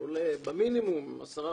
שעולה במינימום עשרה,